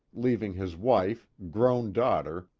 leaving his wife, grown daughter,